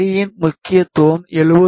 வரியின் முக்கியத்துவம் 70